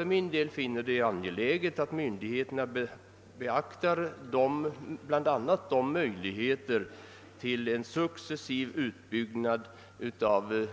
För min del finner jag det angeläget att myndigheterna beaktar bl.a. de möjligheter som finns till en successiv utbyggnad av